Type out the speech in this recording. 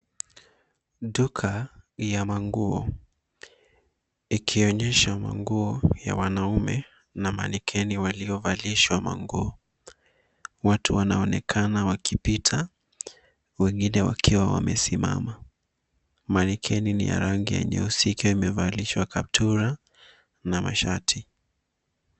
Duka ya manguo ikionyesha manguo ya wanaume na mannequin waliovalishwa manguo. Watu wanaonekana wakipita, wengine wakiwa wamesimama. Mannequin ni wa rangi nyeusi ikiwa imevalishwa kaptura na mashati.